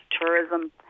tourism